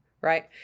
right